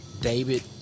David